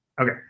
Okay